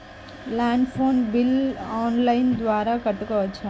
Land phone bill online ద్వారా కట్టుకోవచ్చు?